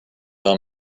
are